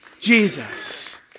Jesus